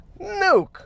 Nuke